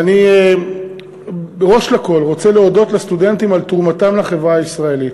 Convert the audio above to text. ואני ראשית כול רוצה להודות לסטודנטים על תרומתם לחברה הישראלית.